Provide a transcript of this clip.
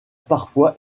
parfois